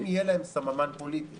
אם יהיה להם סממן פוליטי